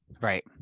Right